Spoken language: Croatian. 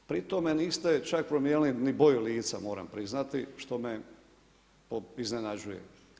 Pritom niste čak promijenili ni boju lica moram priznati što me iznenađuje.